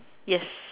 yes